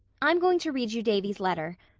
i'm going to read you davy's letter.